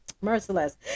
merciless